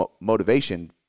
motivation